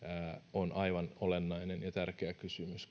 on aivan olennainen ja tärkeä kysymys